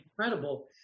incredible